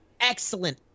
excellent